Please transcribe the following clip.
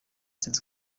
francis